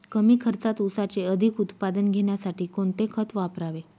कमी खर्चात ऊसाचे अधिक उत्पादन घेण्यासाठी कोणते खत वापरावे?